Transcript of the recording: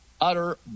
utter